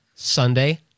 Sunday